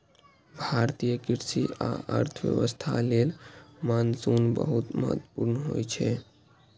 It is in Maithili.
भारतीय कृषि आ अर्थव्यवस्था लेल मानसून बहुत महत्वपूर्ण होइ छै